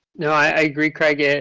no. i agree, craig. yeah